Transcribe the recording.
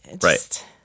right